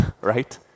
right